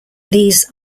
these